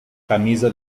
camisa